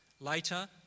Later